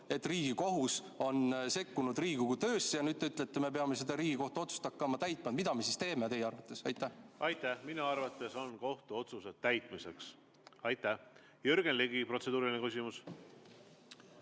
et Riigikohus on sekkunud Riigikogu töösse ja nüüd te ütlete, et me peame seda Riigikohtu otsust hakkama täitma? Mida me siis teeme teie arvates? Minu arvates on kohtuotsused täitmiseks. Aitäh! Jürgen Ligi, protseduuriline küsimus.